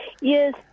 yes